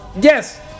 yes